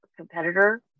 competitor